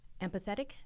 empathetic